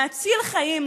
להציל חיים,